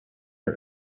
her